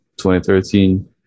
2013